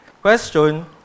Question